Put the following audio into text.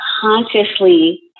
consciously